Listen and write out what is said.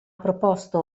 proposto